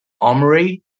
Omri